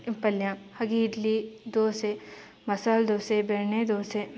ಪಲ್ಯ ಹಾಗೆ ಇಡ್ಲಿ ದೋಸೆ ಮಸಾಲ ದೋಸೆ ಬೆಣ್ಣೆ ದೋಸೆ